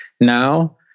now